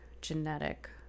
genetic